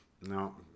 no